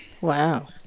Wow